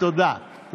תודה.